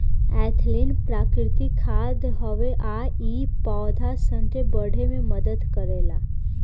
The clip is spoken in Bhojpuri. एथलीन प्राकृतिक खाद हवे आ इ पौधा सन के बढ़े में मदद करेला